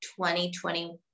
2020